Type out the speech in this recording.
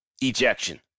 ejection